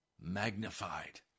magnified